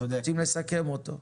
רוצים לסכם אותו,